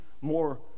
more